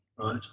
right